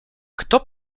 kto